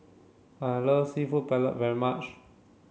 I love Seafood Paella very much